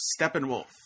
Steppenwolf